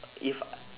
if